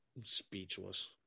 speechless